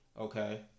Okay